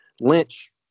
Lynch